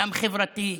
גם חברתי,